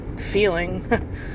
Feeling